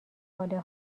حال